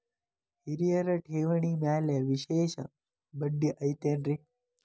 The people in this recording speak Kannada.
ಹಿರಿಯರ ಠೇವಣಿ ಮ್ಯಾಲೆ ವಿಶೇಷ ಬಡ್ಡಿ ಐತೇನ್ರಿ?